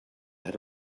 had